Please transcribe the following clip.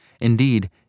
Indeed